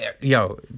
yo